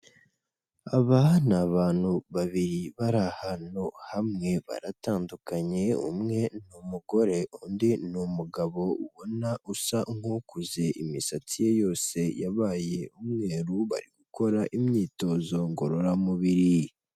Aba ni abantu babiri bari ahantu hamwe baratandukanye, umwe nI umugore undi ni umugabo ubona usa nk'ukuze imisatsi ye yose yabaye umweru, bari gukora imyitozo ngororamubiri.